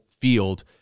field